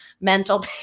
mental